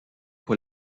pour